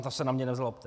To se na mě nezlobte.